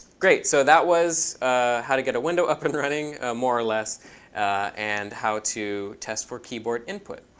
great. so that was how to get a window up and running more or less and how to test for keyboard input.